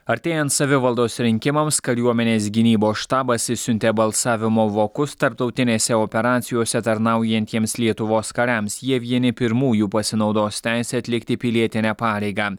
artėjant savivaldos rinkimams kariuomenės gynybos štabas išsiuntė balsavimo vokus tarptautinėse operacijose tarnaujantiems lietuvos kariams jie vieni pirmųjų pasinaudos teise atlikti pilietinę pareigą